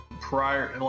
prior